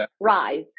rise